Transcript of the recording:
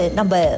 number